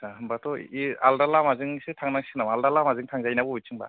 होमबाथ' बियो आलदा लामाजोंसो थांनां सिगोन नामा आलदा लामाजों थांजायो नामा अबेथिंबा